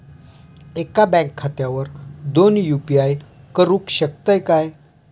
एका बँक खात्यावर दोन यू.पी.आय करुक शकतय काय?